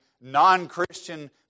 non-Christian